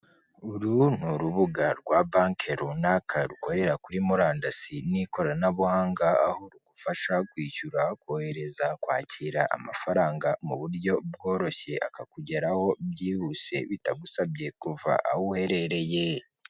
Uru ni urubuga rwa banki runaka rukorera kuri murandasi n'ikoranabuhanga, aho rugufasha kwishyura, kohereza, kwakira amafaranga mu buryo bworoshye akakugeraho byihuse bitagusabye kuva aho uherereye.